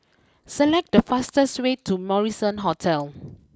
select the fastest way to Marrison Hotel